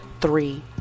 three